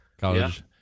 College